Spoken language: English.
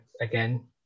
again